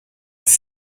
dix